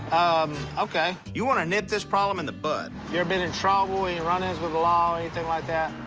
um, okay. you want to nip this problem in the bud. you ever been in trouble? any run-ins with the law? anything like that?